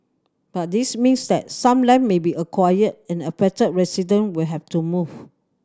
but this means that some land may be acquired and affected resident will have to move